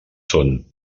són